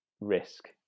risk